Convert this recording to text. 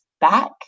back